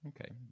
Okay